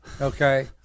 Okay